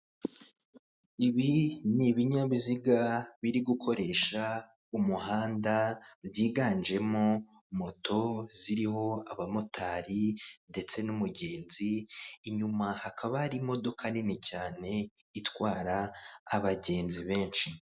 Ibi ni ibinyabiziga biri gukoresha umuhanda byiganjemo moto ziriho abamotari ndetse n'umugenzi, inyuma hakaba hari imodoka nini cyane itwara abagenzi benshi.